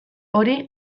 hori